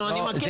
נו, אני מכיר.